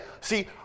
see